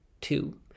two